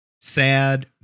sad